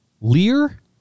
Lear